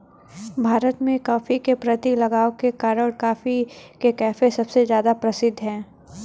भारत में, कॉफ़ी के प्रति लगाव के कारण, कॉफी के कैफ़े सबसे ज्यादा प्रसिद्ध है